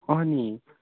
नि